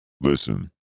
listen